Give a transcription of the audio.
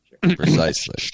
Precisely